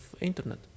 internet